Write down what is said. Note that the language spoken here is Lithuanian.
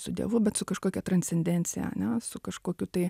su dievu bet su kažkokia transcendencija ane su kažkokiu tai